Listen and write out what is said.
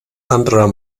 anderer